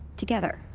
together.